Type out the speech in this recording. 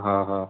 हां हां